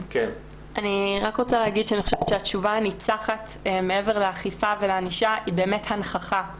אני רק רוצה לומר שהתשובה הניצחת מעבר לאכיפה וענישה היא באמת הנכחה.